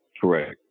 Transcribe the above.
Correct